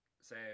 say